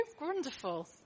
Wonderful